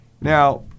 Now